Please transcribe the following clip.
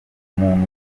umuntu